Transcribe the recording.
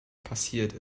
passiert